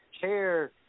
chair